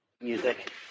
Music